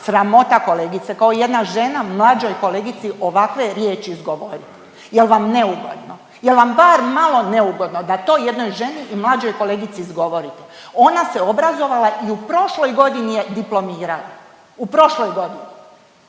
Sramota kolegice, kao jedna žena mlađoj kolegici ovakve riječi izgovorit. Jel vam neugodno, jel vam bar malo neugodno da to jednoj ženi i mlađoj kolegici izgovorite. Ona se obrazovala i u prošloj godini je diplomirala, u prošloj godini.